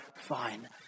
Fine